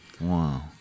Wow